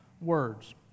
words